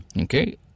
Okay